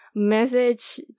message